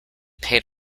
paid